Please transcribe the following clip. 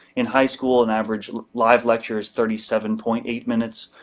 in high school an average live lecture is thirty seven point eight minutes.